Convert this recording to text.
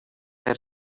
per